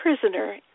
prisoner